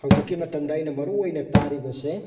ꯍꯧꯖꯤꯛꯀꯤ ꯃꯇꯝꯗ ꯑꯩꯅ ꯃꯔꯨ ꯑꯣꯏꯅ ꯇꯥꯔꯤꯕꯁꯦ